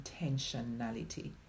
intentionality